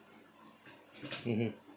mmhmm